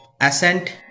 ascent